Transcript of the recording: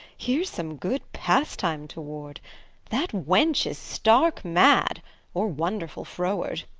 here's some good pastime toward that wench is stark mad or wonderful froward.